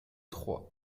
trois